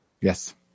Yes